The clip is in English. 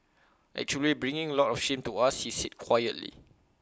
actually bring A lot of shame to us he said quietly